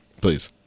Please